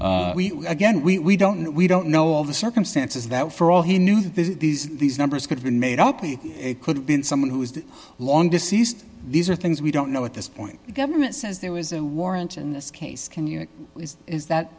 true we again we don't we don't know all the circumstances that for all he knew that these these numbers could be made up it could have been someone who is long deceased these are things we don't know at this point the government says there was a warrant in this case is that